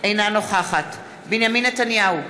אינה נוכחת בנימין נתניהו,